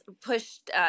pushed –